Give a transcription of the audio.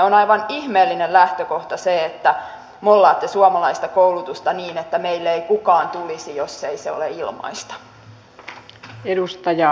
on aivan ihmeellinen lähtökohta se että mollaatte suomalaista koulutusta niin että meille ei kukaan tulisi jos ei se ole ilmaista